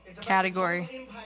category